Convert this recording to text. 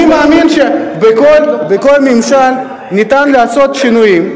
אני מאמין שבכל ממשל אפשר לעשות שינויים,